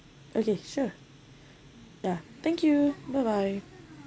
okay sure thank you bye bye